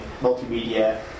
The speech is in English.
multimedia